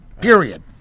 Period